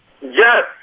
Yes